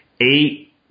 eight